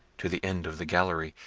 to the end of the gallery,